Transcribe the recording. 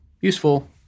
useful